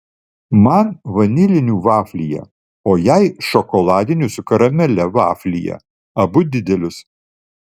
man vanilinių vaflyje o jai šokoladinių su karamele vaflyje abu didelius